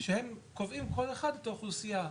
שהם קובעים כל אחד את האוכלוסייה,